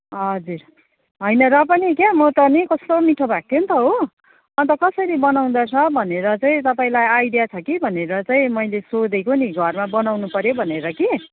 हजुर होइन र पनि क्या म त नि कस्तो मिठो भएको थियो नि त हो अन्त कसरी बनाउँदो रहेछ भनेर चाहिँ तपाईँलाई आइडिया छ कि भनेर चाहिँ मैले सोधेको नि घरमा बनाउनुपर्यो भनेर कि